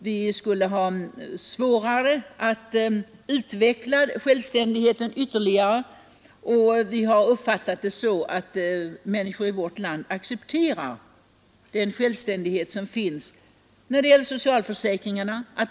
Vi skulle få det svårare att utveckla självständigheten ytterligare, och vi har uppfattat det så att människor i vårt land accepterar den självständighet som finns när det gäller socialförsäkringarna.